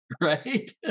right